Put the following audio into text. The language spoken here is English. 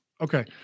Okay